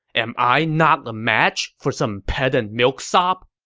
am i not a match for some pedant milksop!